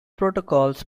protocols